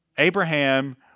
Abraham